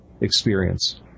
experience